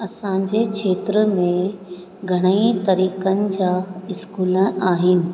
असांजे क्षेत्र में घणई तरीक़नि जा स्कूल आहिनि